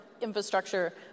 infrastructure